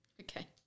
Okay